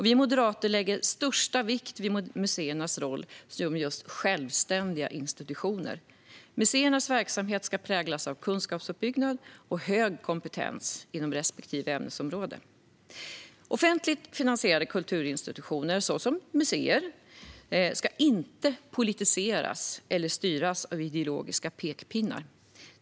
Vi moderater lägger största vikt vid museernas roll som självständiga institutioner. Museernas verksamhet ska präglas av kunskapsuppbyggnad och hög kompetens inom respektive ämnesområde. Offentligt finansierade kulturinstitutioner, såsom museer, ska inte politiseras eller styras av ideologiska pekpinnar.